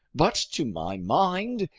but to my mind,